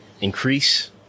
increase